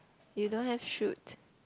you don't have shoot